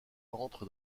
entre